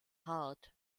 hart